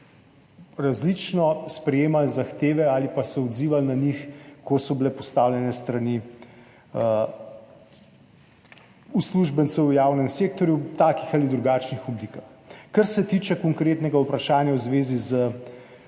različno sprejemali zahteve ali pa se odzivali na njih, ko so bile postavljene s strani uslužbencev v javnem sektorju v takih ali drugačnih oblikah. Kar se tiče konkretnega vprašanja v zvezi s